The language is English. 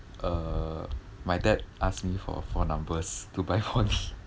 uh my dad asked me for four numbers to buy four D